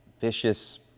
vicious